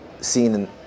seen